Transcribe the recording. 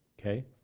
Okay